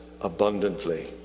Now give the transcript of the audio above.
abundantly